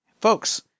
folks